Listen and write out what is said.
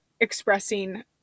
expressing